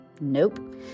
Nope